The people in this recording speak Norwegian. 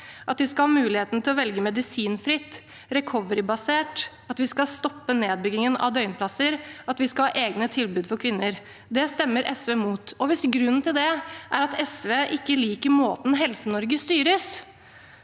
at de skal ha muligheten til å velge medisinfritt, recoverybasert, at vi skal stoppe nedbyggingen av døgnplasser, og at vi skal ha egne tilbud for kvinner. Det stemmer SV mot. Hvis grunnen til det er at SV ikke liker måten Helse-Norge styres